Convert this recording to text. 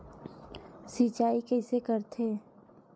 सिंचाई कइसे करथे?